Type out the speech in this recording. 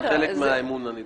זה חלק מהאמון הנדרש.